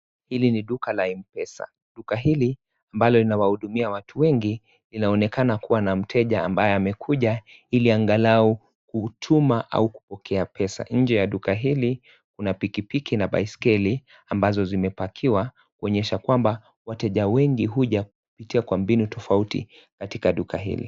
Hili ni duka la M-pesa. Duka hili ambalo linawahudumia watu wengi linaonekana kuwa na mteja ambaye amekuja ili angalau kutuma au kupokea pesa. Nje ya duka hili kuna pikipiki na baiskeli ambazo zimepakiwa kuonyesha kwamba wateja wengi huja kupitia kwa mbinu tofauti katika duka hili.